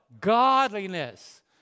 Godliness